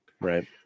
Right